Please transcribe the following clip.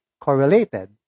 correlated